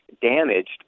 damaged